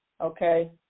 Okay